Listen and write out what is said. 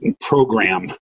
program